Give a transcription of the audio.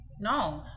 No